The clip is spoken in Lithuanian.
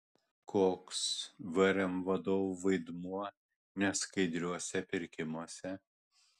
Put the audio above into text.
koks vrm vadovų vaidmuo neskaidriuose pirkimuose